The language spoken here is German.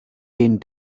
den